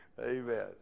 amen